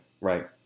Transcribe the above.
right